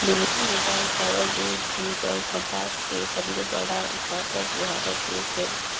दुनिया में दाल, चावल, दूध, जूट अऊ कपास के सबले बड़ा उत्पादक भारत देश हे